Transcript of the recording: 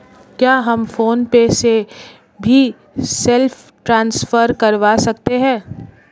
क्या हम PhonePe से भी सेल्फ ट्रांसफर करवा सकते हैं?